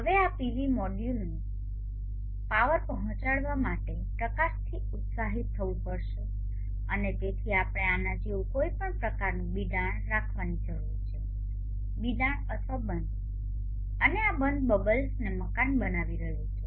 હવે આ પીવી મોડ્યુલને પાવર પહોંચાડવા માટે પ્રકાશથી ઉત્સાહિત થવું પડશે અને તેથી આપણે આના જેવું કોઈ પ્રકારનું બિડાણ બંધ રાખવાની જરૂર છે અને આ બંધ બલ્બ્સને મકાન બનાવી રહ્યું છે